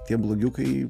tie blogiukai